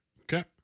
Okay